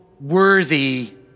worthy